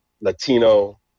Latino